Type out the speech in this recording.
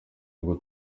ngo